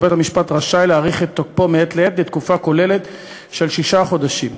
ובית-המשפט רשאי להאריך את תוקפו מעת לעת לתקופה כוללת של שישה חודשים.